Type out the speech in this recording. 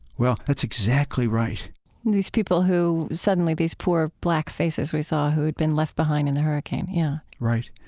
well, that's exactly right and these people who suddenly these poor black faces we saw who had been left behind in the hurricane, yeah right.